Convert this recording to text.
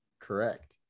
Correct